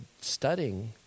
studying